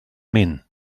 mean